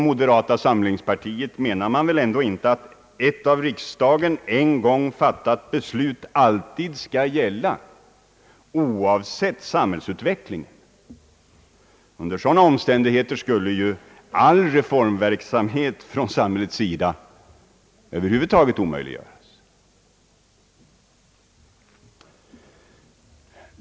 Moderata samlingspartiet menar väl ändå inte att ett av riksdagen en gång fattat beslut alltid skall gälla, oavsett samhällsutvecklingen? Under sådana omständigheter skulle ju över huvud taget all reformverksamhet från samhällets sida omöjliggöras.